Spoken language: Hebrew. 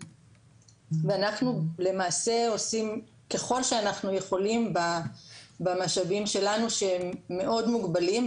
אנחנו למעשה עושים ככל שאנחנו יכולים במשאבים שלנו שהם מאוד מוגבלים.